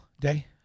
Day